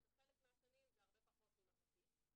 ובחלק מהשנים זה הרבה פחות ממחצית.